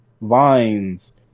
vines